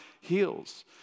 heals